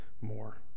more